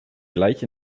gleich